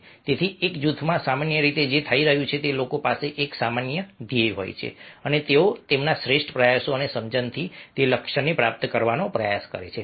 તેથી એક જૂથમાં સામાન્ય રીતે જે થઈ રહ્યું છે તે લોકો પાસે એક સામાન્ય ધ્યેય હોય છે અને તેઓ તેમના શ્રેષ્ઠ પ્રયાસો અને સમજણથી તે લક્ષ્યને પ્રાપ્ત કરવાનો પ્રયાસ કરે છે